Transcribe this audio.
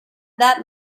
that